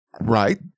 Right